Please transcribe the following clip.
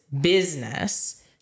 business